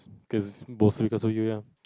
cause mostly because of you ya